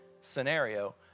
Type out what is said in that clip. scenario